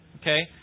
okay